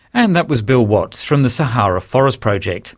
and that was bill watts from the sahara forest project.